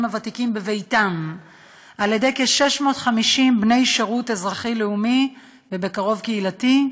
ותיקים בביתם על-ידי כ-650 בני שירות אזרחי לאומי ובקרוב קהילתי.